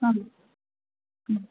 आम्